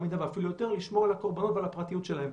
מידה ואפילו יותר לשמור על הקורבנות ועל הפרטיות שלהם,